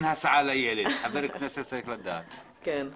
אם רוצים,